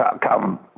come